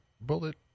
Bullet